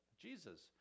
Jesus